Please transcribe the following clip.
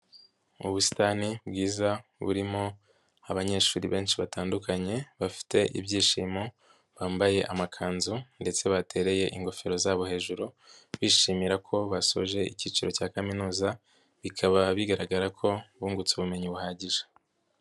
Mu busitani bwiza, burimo abanyeshuri benshi batandukanye, bafite ibyishimo, bambaye amakanzu ndetse batereye ingofero zabo hejuru, bishimira ko basoje icyiciro cya kaminuza, bikaba bigaragara ko bungutse ubumenyi buhagije.